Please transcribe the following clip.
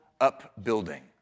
upbuilding